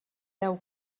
deu